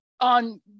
on